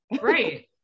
Right